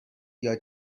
یاد